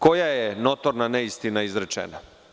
Koja je notorna neistina izrečena?